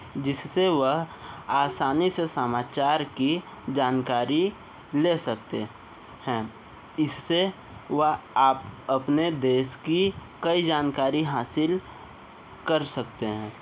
जिससे वह आसानी से समाचार की जानकारी ले सकते हैं इससे व आप अपने देश की कई जानकारी हासिल कर सकते हैं